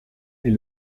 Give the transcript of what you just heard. est